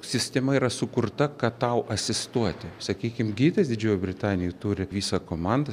sistema yra sukurta kad tau asistuoti sakykim gydytojas didžiojoj britanijoj turi visą komandą